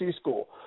school